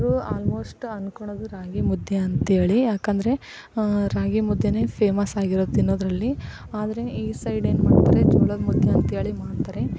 ಎಲ್ಲರೂ ಆಲ್ಮೋಸ್ಟ್ ಅಂದ್ಕೊಳ್ಳೋದು ರಾಗಿ ಮುದ್ದೆ ಅಂಥೇಳಿ ಯಾಕೆಂದರೆ ರಾಗಿ ಮುದ್ದೆಯೇ ಫೇಮಸ್ಸಾಗಿರೋದು ತಿನ್ನೋದರಲ್ಲಿ ಆದರೆ ಈ ಸೈಡ್ ಏನ್ಮಾಡ್ತಾರೆ ಜೋಳದ ಮುದ್ದೆ ಅಂಥೇಳಿ ಮಾಡ್ತಾರೆ